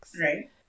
Right